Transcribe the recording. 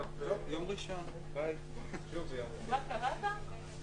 מניעת התקהלויות וכן הלאה,